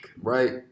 right